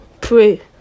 pray